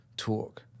Talk